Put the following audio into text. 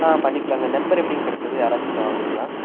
ஆ பண்ணிக்கலாங்க நம்பர் எப்படிங் கிடச்சிது யாராச்சுட்ட வாங்குனிங்களா